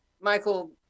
Michael